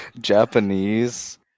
Japanese